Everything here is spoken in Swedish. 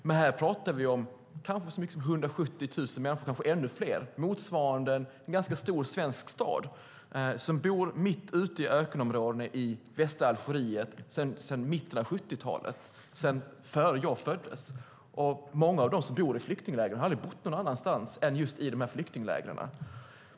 Men här pratar vi om kanske så mycket som 170 000 människor, möjligen ännu fler, vilket motsvarar en ganska stor svensk stad. De bor mitt ute i ökenområden i västra Algeriet sedan mitten av 70-talet, då jag själv inte ens var född. Många av dem som bor i flyktinglägren har aldrig bott någon annanstans.